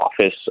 office